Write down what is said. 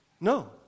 No